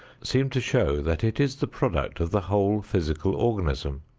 seem to show that it is the product of the whole physical organism.